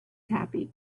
happy